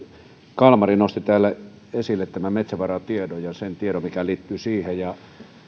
kalmari nosti täällä esille tämän metsävaratiedon ja sen tiedon mikä liittyy siihen ja